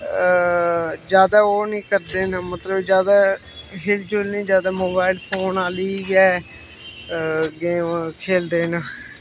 जादा ओह् नी करदे न मतलव जादै हिल झुल नी जादै मोवाईल फोन आह्ली गै गेम खेलदे न